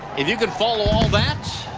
if you can follow all that,